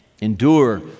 Endure